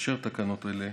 לאשר תקנות אלה,